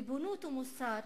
ריבונות ומוסר